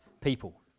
people